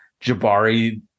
Jabari